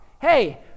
Hey